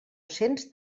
cents